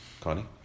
Connie